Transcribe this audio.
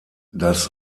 das